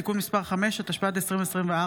התשפ"ד 2024,